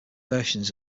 versions